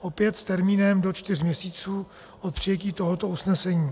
Opět s termínem do čtyř měsíců od přijetí tohoto usnesení.